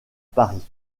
paris